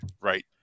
right